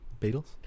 Beatles